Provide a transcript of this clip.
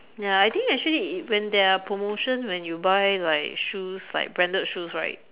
ya I think actually when there are promotion when you buy like shoes like branded shoes right